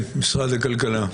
משרד הכלכלה.